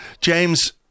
James